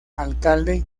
alcalde